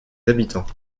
habitants